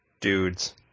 dudes